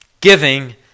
giving